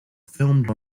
filmed